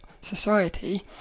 society